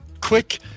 Quick